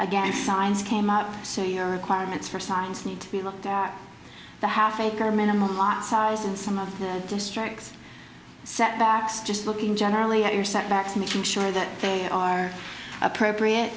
again signs came out so your requirements for signs need to be looked at the half acre minimum lot size in some of the districts setbacks just looking generally at your setbacks making sure that they are appropriate